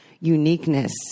uniqueness